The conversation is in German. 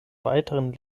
weiteren